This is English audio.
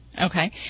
Okay